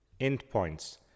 Endpoints